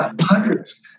hundreds